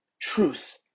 truth